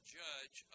judge